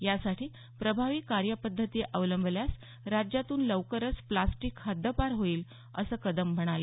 यासाठी प्रभावी कार्यपद्धती अवलंबल्यास राज्यातून लवकरच प्लास्टिक हद्दपार होईल असं कदम म्हणाले